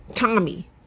Tommy